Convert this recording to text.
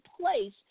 place